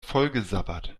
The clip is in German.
vollgesabbert